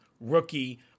Rookie